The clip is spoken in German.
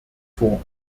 vor